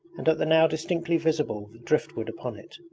and at the now distinctly visible driftwood upon it.